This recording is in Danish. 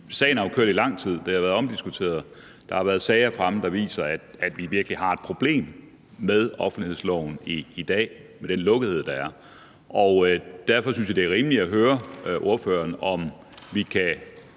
sagen har jo kørt i lang tid – det har været omdiskuteret, og der har været sager fremme, der viser, at vi virkelig har et problem med offentlighedsloven i dag, med den lukkethed, der er – og derfor synes jeg, det er rimeligt at høre ordføreren, om vi kan